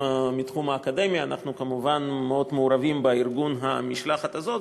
אנחנו, כמובן, מאוד מעורבים בארגון המשלחת הזאת.